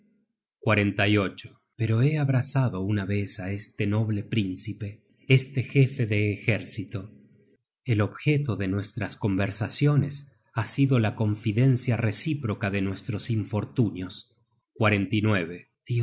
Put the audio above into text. toda mujer honesta pero he abrazado una vez á este noble príncipe este jefe de ejército el objeto de nuestras conversaciones ha sido la confidencia recíproca de nuestros infortunios